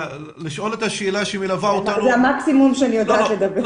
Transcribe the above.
זה המקסימום שאני יכולה לדבר.